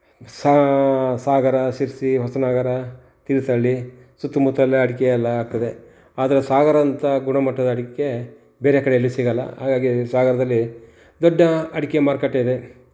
ಸಾ ಸಾಗರ ಶಿರ್ಸಿ ಹೊಸನಗರ ತೀರ್ಥಹಳ್ಳಿ ಸುತ್ತಮುತ್ತೆಲ್ಲ ಅಡಿಕೆ ಎಲ್ಲ ಆಗ್ತದೆ ಆದರೆ ಸಾಗರದಂಥ ಗುಣಮಟ್ಟದ ಅಡಿಕೆ ಬೇರೆ ಕಡೆ ಎಲ್ಲೂ ಸಿಗೋಲ್ಲ ಹಾಗಾಗಿ ಸಾಗರದಲ್ಲಿ ದೊಡ್ಡ ಅಡಿಕೆ ಮಾರ್ಕೆಟ್ ಇದೆ